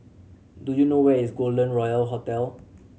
do you know where is Golden Royal Hotel